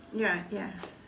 ya ya